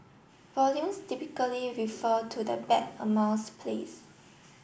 volumes typically refer to the bet amounts place